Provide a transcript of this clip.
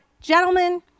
gentlemen